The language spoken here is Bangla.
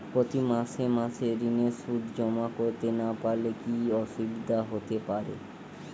প্রতি মাসে মাসে ঋণের সুদ জমা করতে না পারলে কি অসুবিধা হতে পারে?